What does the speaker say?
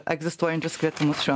egzistuojančius kvietimus šiuo